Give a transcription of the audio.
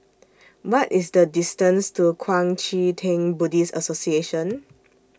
What IS The distance to Kuang Chee Tng Buddhist Association